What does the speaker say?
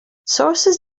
sources